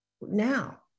now